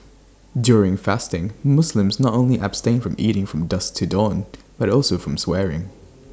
during fasting Muslims not only abstain from eating from dusk to dawn but also from swearing